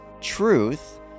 truth